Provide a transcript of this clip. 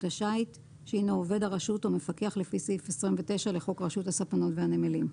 השיט שהינו עובד הרשות או מפקח לפי סעיף 29 לחוק רשות הספנות והנמלים,